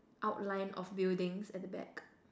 outline of buildings at the back